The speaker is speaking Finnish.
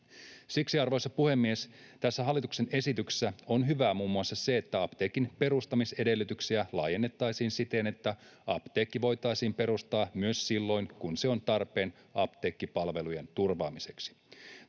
Siksi, arvoisa puhemies, tässä hallituksen esityksessä on hyvää muun muassa se, että apteekin perustamisedellytyksiä laajennettaisiin siten, että apteekki voitaisiin perustaa myös silloin, kun se on tarpeen apteekkipalvelujen turvaamiseksi.